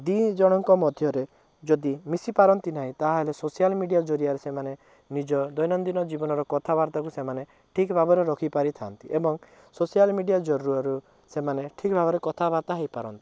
ଦୁଇଜଣଙ୍କ ମଧ୍ୟରେ ଯଦି ମିଶିପାରନ୍ତି ନାହିଁ ତାହାଲେ ସୋସିଆଲ୍ ମିଡ଼ିଆ ଜରିଆରେ ସେମାନେ ନିଜ ଦୈନନ୍ଦୀନ ଜୀବନର କଥାବାର୍ତ୍ତାକୁ ସେମାନେ ଠିକ୍ ଭାବରେ ରଖିପାରିଥାନ୍ତି ଏବଂ ସୋସିଆଲ୍ ମିଡ଼ିଆ ଜରିଆରୁ ସେମାନେ ଠିକ୍ ଭାବରେ କଥାବାର୍ତ୍ତା ହୋଇପାରନ୍ତି